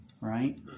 right